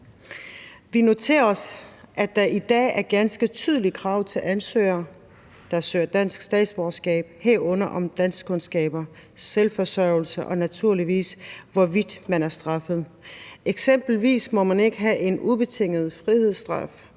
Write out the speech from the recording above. Vi noterer os, at der i dag er ganske tydelige krav til ansøgere, der søger dansk statsborgerskab, herunder danskkundskaber, selvforsørgelse, og naturligvis hvorvidt man er straffet. Eksempelvis må man ikke have en ubetinget frihedsstraf